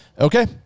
Okay